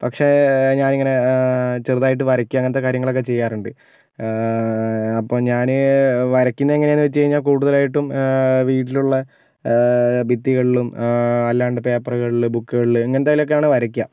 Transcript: പക്ഷേ ഞാൻ ഇങ്ങനെ ചെറുതായിട്ട് വരയ്ക്കുക അങ്ങനത്തെ കാര്യങ്ങളൊക്കെ ചെയ്യാറുണ്ട് അപ്പോൾ ഞാന് വരയ്ക്കുന്നത് എങ്ങനെയാണെന്ന് ചോദിച്ച് കഴിഞ്ഞാൽ കൂടുതലായിട്ടും വീട്ടിലുള്ള ഭിത്തികളിലും അല്ലാണ്ട് പേപ്പറുകളിലും ബുക്കുകളിലും ഇങ്ങനത്തേതിലൊക്കെയാണ് വരയ്ക്കുക